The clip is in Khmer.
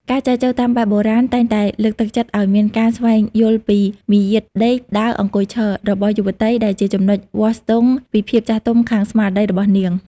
ការចែចូវតាមបែបបុរាណ តែងតែលើកទឹកចិត្តឱ្យមានការស្វែងយល់ពី "មាយាទដេក ដើរ អង្គុយ ឈរ" របស់យុវតី ដែលជាចំណុចវាស់ស្ទង់ពីភាពចាស់ទុំខាងស្មារតីរបស់នាង។